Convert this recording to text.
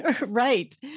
right